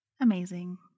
Amazing